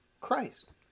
Christ